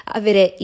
avere